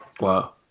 Wow